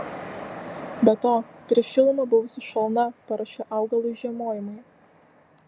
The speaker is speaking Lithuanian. be to prieš šilumą buvusi šalna paruošė augalui žiemojimui